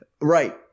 Right